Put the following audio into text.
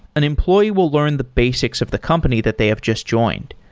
an employee will learn the basics of the company that they have just joined.